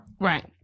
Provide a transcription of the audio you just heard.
Right